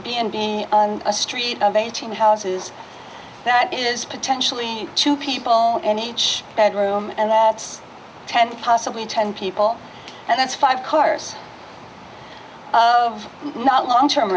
and a street of eighteen houses that is potentially two people in each bedroom and that's ten possibly ten people and that's five cars of not long term